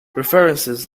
references